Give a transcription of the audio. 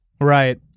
Right